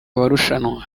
abarushanwa